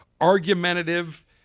argumentative